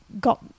got